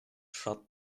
shut